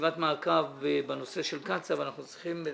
אנחנו מחר מקיימים ישיבת מעקב בנושא של קצ"א כאשר חלק מהישיבה,